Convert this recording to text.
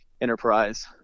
enterprise